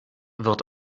wird